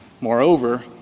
Moreover